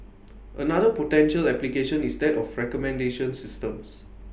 another potential application is that of recommendation systems